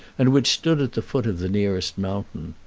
and which stood at the foot of the nearest mountain.